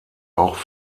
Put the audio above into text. auch